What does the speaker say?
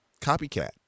copycat